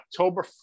October